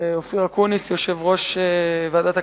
אופיר אקוניס, יושב-ראש ועדת הכלכלה,